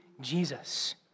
Jesus